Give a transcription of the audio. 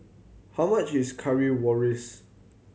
how much is Currywurst